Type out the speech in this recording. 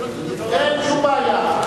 אין שום בעיה.